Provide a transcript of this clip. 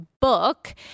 book